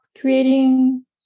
creating